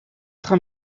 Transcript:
train